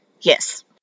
Yes